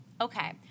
Okay